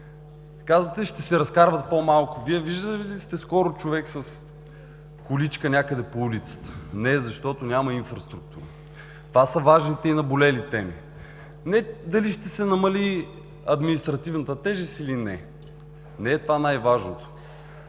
Казвате: „ще се разкарват по-малко“. Вие виждали ли сте скоро човек с количка някъде по улицата? Не, защото няма инфраструктура. Това са важните и наболелите теми, а не дали ще се намали административната тежест или не. Не е това най-важното.